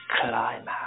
climax